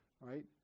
Right